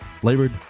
flavored